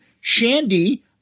Shandy